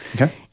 Okay